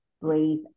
breathe